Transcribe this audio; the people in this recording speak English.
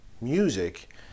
music